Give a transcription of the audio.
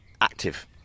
active